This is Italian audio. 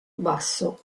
basso